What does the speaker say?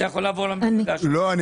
לא,